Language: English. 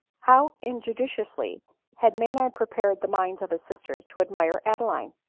how injudiciously had maynard prepared the minds of his sisters to admire adeline!